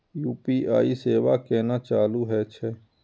UPI सेवा केना चालू है छै?